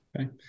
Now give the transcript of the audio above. Okay